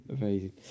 amazing